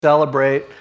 Celebrate